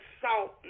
salt